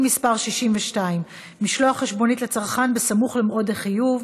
מס' 62) (משלוח חשבונית לצרכן בסמוך למועד החיוב),